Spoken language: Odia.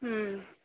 ହୁଁ